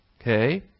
Okay